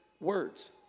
words